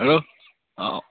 hello অ